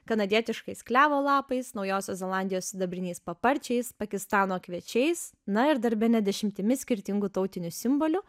kanadietiškais klevo lapais naujosios zelandijos sidabriniais paparčiais pakistano kviečiais na ir dar bene dešimtimis skirtingų tautinių simbolių